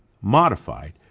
modified